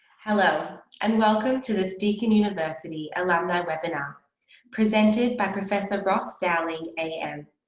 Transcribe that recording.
hello and welcome to this deakin university alumni webinar presented by professor ross dowling am.